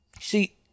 See